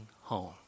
home